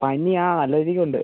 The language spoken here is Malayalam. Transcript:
പനി ആ അലർജി ഉണ്ട്